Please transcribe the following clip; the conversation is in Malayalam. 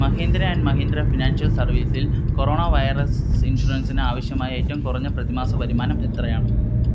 മഹീന്ദ്ര ആൻഡ് മഹീന്ദ്ര ഫിനാൻഷ്യൽ സർവീസിൽ കൊറോണ വൈറസ് ഇൻഷുറൻസിന് ആവശ്യമായ ഏറ്റവും കുറഞ്ഞ പ്രതിമാസ വരുമാനം എത്രയാണ്